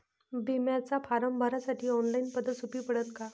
बिम्याचा फारम भरासाठी ऑनलाईन पद्धत सोपी पडन का?